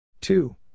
Two